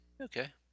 Okay